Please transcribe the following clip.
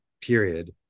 period